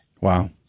Wow